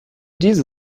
diese